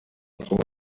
twaba